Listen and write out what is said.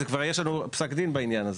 וכבר יש לנו פסק דין בעניין הזה,